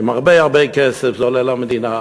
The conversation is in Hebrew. והרבה הרבה כסף זה עולה למדינה,